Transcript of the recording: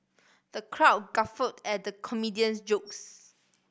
the crowd guffawed at the comedian's jokes